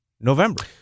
November